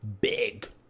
big